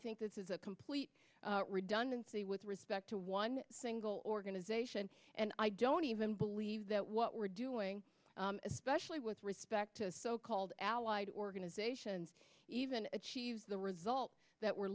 think this is a complete redundancy with respect to one single organization and i don't even believe that what we're doing especially with respect to so called allied organizations even achieves the result that we're